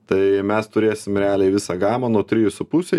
tai mes turėsim realiai visą gamą nuo trijų su puse